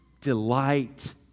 delight